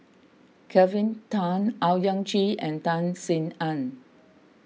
Kelvin Tan Owyang Chi and Tan Sin Aun